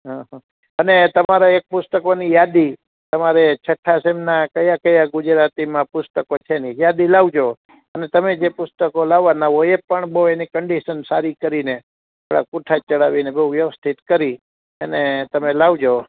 હાં હાં અને તમારે એક પુસ્તકોની યાદી તમારે છઠ્ઠા સેમના કયા ગુજરાતી પુસ્તકો છે ને જ્યાંથી લાવજો અને તમે જે પુસ્તકો લાવવાના હોય એ પણ બઉ એની કન્ડિશન સારી કરીને થોડા પૂંઠા ચડાવીને બઉ વ્યવથિત કરી અને તમે લાવજો